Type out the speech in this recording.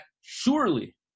surely